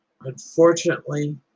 unfortunately